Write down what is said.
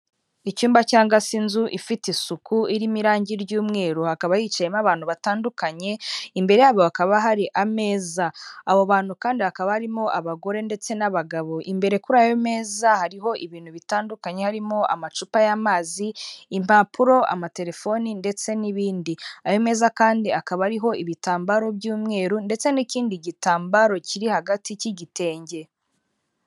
Icyumba cyangwa se inzu ifite isuku irimo irangi ry'umweru hakaba hicayemo abantu batandukanye imbere yabo hakaba hari ameza, abo bantu kandi hakaba harimo abagore ndetse n'abagabo, imbere kuri ayo meza hariho ibintu bitandukanye, harimo amacupa y'amazi, impapuro, amatelefoni, ndetse n'ibindi. Ayo meza kandi akaba ariho ibitambaro by'umweru ndetse n'ikindi gitambaro kiri hagati cy'igitenge.